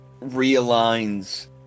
realigns